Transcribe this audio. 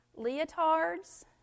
leotards